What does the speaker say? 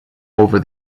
over